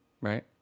Right